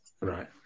Right